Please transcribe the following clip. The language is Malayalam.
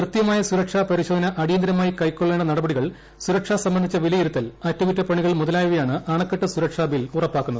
കൃത്യമായ സുരക്ഷാ പരിശോധന അടിയന്തിരമായി കൈക്കൊള്ളേണ്ട നടപടികൾ സുരക്ഷ സംബന്ധിച്ച വിലയിരുത്തൽ അറ്റകുറ്റപ്പണികൾ മുതലായവയാണ് അണക്കെട്ട് സുരക്ഷാ ബിൽ ഉറപ്പാക്കുന്നത്